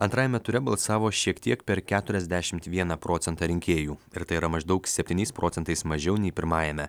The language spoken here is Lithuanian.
antrajame ture balsavo šiek tiek per keturiasdešimt vieną procentą rinkėjų ir tai yra maždaug septyniais procentais mažiau nei pirmajame